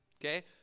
Okay